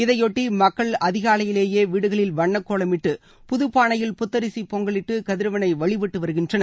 இதையொட்டி மக்கள் அதிகாலையிலேயே வீடுகளில் வண்ணக் கோலமிட்டு புதுப்பானையில் புத்தரிசி பொங்கலிட்டு கதிரவனை வழிபட்டு வருகிறார்கள்